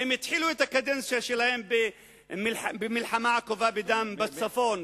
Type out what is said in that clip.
הם התחילו את הקדנציה שלהם במלחמה עקובה מדם בצפון,